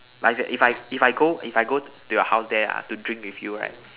like if I if I go if I go to your house there ah to drink with you right